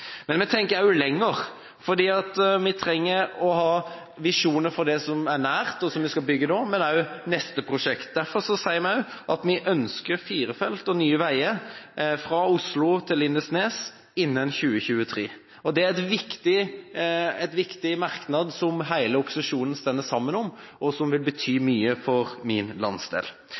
Men vi tenker lenger, for vi trenger å ha visjoner for det som er nært, og som vi skal bygge nå, og også for neste prosjekt. Derfor sier vi at vi ønsker firefelts vei og nye veier fra Oslo til Lindesnes innen 2023. Det er en viktig merknad som hele opposisjonen står sammen om, og som vil bety mye for min landsdel.